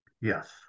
Yes